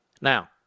Now